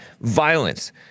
violence